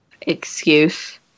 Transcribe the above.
excuse